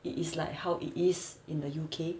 it is like how it is in the U_K